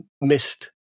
missed